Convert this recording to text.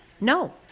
No